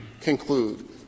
conclude